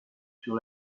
sur